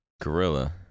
Gorilla